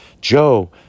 Joe